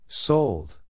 Sold